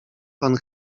pan